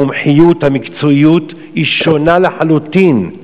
המומחיות, המקצועיות, היא שונה לחלוטין.